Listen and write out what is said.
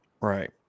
right